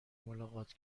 ملاقات